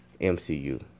MCU